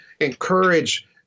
encourage